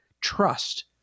trust